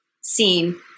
scene